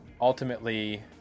ultimately